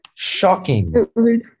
Shocking